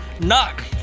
knock